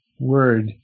Word